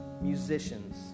musicians